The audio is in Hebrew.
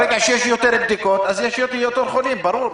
ברגע שיש בדיקות יש יותר חולים, ברור.